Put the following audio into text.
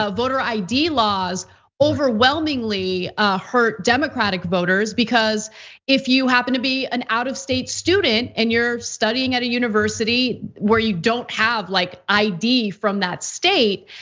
ah voter id laws overwhelmingly hurt democratic voters because if you happen to be an out of state student and you're studying at a university where you don't have like id from that state.